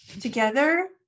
together